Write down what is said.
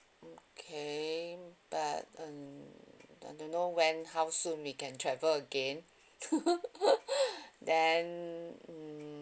okay but mm I don't know when how soon we can travel again then mm